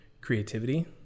creativity